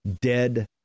dead